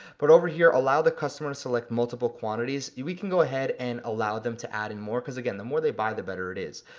but over here, allow the customer to select multiple quantities, we can go ahead and allow them to add in more, cause, again, the more they buy, the better it is.